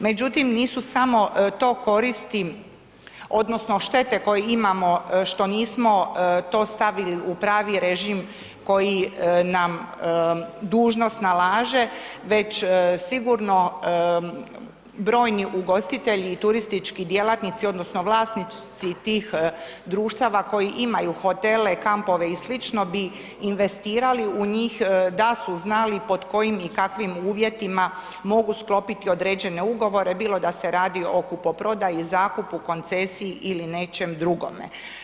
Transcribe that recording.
Međutim, nisu samo, to koristim odnosno štete koje imamo što nismo to stavili u pravi režim koji nam dužnost nalaže već sigurno brojni ugostitelji i turistički djelatnici odnosno vlasnici tih društava koji imaju hotele, kampove i slično bi investirali u njih da su znali pod kojim i kakvim uvjetima mogu sklopiti određene ugovore, bilo da se radi o kupoprodaji, zakupu, koncesiji ili nečem drugome.